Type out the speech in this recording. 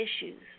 issues